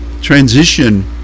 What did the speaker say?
transition